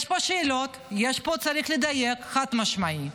יש פה שאלות, צריך לדייק, חד-משמעית.